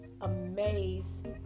amazed